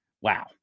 Wow